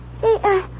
Hey